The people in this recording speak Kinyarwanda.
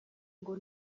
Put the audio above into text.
ngo